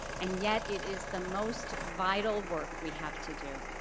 and yet it is the most vital work we have to do.